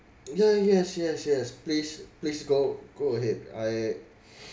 yeah yes yes yes please please go go ahead I